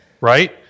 Right